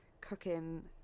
cooking